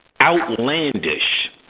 outlandish